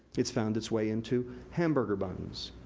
it's found it's way into hamburger buns,